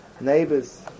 neighbor's